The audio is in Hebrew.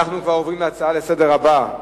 אנחנו עוברים לנושא הבא: